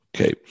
Okay